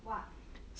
what